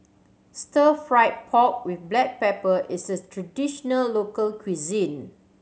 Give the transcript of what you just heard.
Stir Fried Pork With Black Pepper is a traditional local cuisine